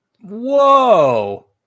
whoa